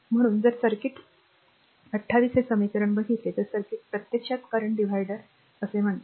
म्हणून जर सर्किट figureफिगर 28 हे समीकरण गेले तर या सर्किटला प्रत्यक्षात करंट dividerडिव्हिडर असे म्हणतात